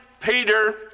Peter